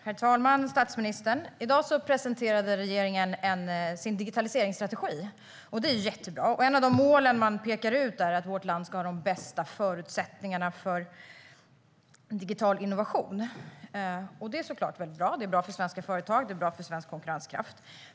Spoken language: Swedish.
Herr talman och statsministern! I dag presenterade regeringen sin digitaliseringsstrategi, och det är jättebra. Ett av de mål man pekar ut är att vårt land ska ha de bästa förutsättningarna för digital innovation. Detta är såklart väldigt bra, både för svenska företag och för svensk konkurrenskraft.